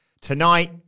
Tonight